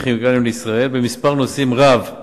"כימיקלים לישראל" במספר נושאים רב,